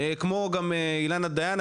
כמו גם אילנה דיין,